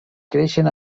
creixen